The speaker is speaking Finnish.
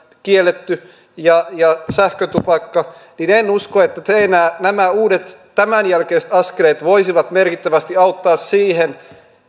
kielletty jo esimerkiksi parveketupakointi ja sähkötupakka niin en en usko että nämä uudet tämän jälkeiset askeleet voisivat merkittävästi auttaa siihen